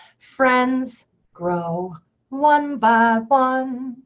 friends grow one by but one,